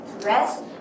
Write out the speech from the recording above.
rest